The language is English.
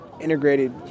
integrated